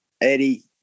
Eddie